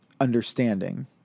understanding